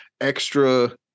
extra